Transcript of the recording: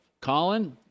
Colin